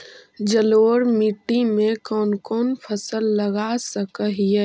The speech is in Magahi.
जलोढ़ मिट्टी में कौन कौन फसल लगा सक हिय?